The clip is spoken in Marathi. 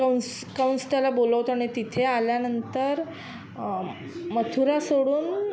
कंस कंसाला बोलवतो आणि तिथे आल्यानंतर मथुरा सोडून